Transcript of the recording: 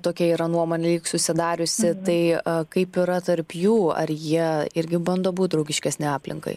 tokia yra nuomonė juk susidariusi tai kaip yra tarp jų ar jie irgi bando būti draugiškesni aplinkai